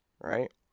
right